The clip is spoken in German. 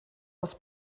aus